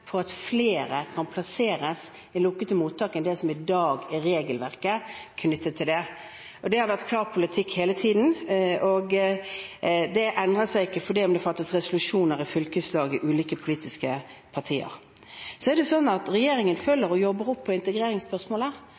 for at flere kan plasseres i lukkede mottak enn det som gjelder i dagens regelverk knyttet til det. Det har vært klar politikk hele tiden, og det endrer seg ikke selv om det fattes resolusjoner i fylkeslag i ulike politiske partier. Regjeringen jobber med og følger opp integreringsspørsmålet. Senest i går var integreringsministeren ute på